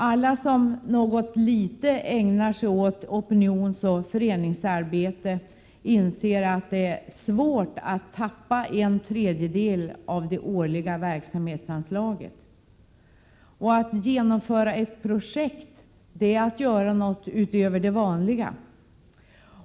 Alla som något ägnat sig åt opinionsoch föreningsarbete inser att det är svårt att tappa en 8 tredjedel av det årliga verksamhetsanslaget. Att genomföra ett projekt är att göra något utöver det vanliga.